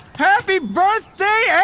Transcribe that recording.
happy birthday,